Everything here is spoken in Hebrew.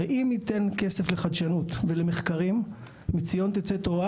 ואם ניתן כסף לחדשנות ולמחקרים - מציון תצא תורה,